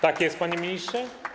Tak jest, panie ministrze?